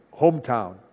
hometown